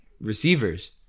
receivers